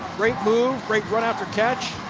great move. great run after catch.